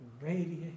radiate